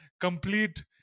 complete